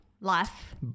Life